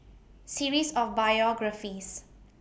series of biographies